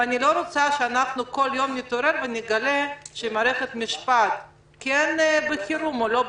אני לא רוצה שכל יום נתעורר ונגלה שמערכת המשפט כן בחירום או לא בחירום,